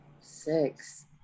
six